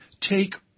take